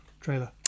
trailer